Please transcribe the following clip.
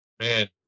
Man